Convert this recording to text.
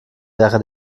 wäre